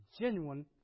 genuine